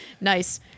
nice